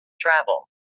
Travel